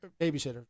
Babysitter